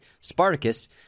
Spartacus